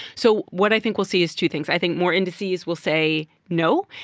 so what i think we'll see is two things. i think more indices will say no.